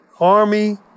Army